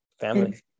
family